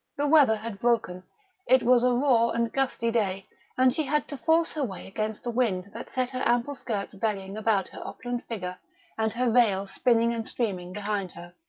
the weather had broken it was a raw and gusty day and she had to force her way against the wind that set her ample skirts bellying about her opulent figure and her veil spinning and streaming behind her.